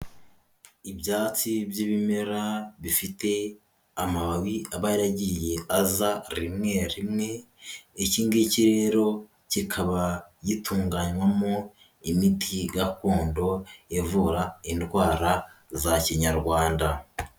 Ibyatsi by'ibimera bifite amababi aba yaragiye aza rimwe rimwe, iki ngiki rero kikaba gitunganywamo imiti gakondo ivura indwara za kinyarwanda.